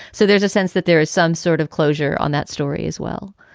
so there's a sense that there is some sort of closure on that story as well.